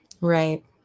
Right